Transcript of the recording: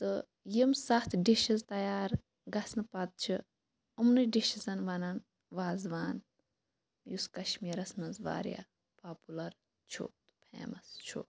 تہٕ یِم ستھ ڈِشِز تیار گَژھنہٕ پَتہٕ چھِ یِمنٕے ڈِشِزَن وَنان وازوان یُس کَشمیٖرَس مَنٛز واریاہ پاپُلَر چھُ فیمَس چھُ